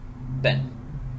Ben